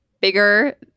bigger